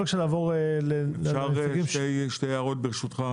שתי הערות, בבקשה.